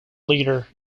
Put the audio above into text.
leader